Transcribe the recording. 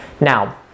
Now